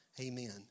amen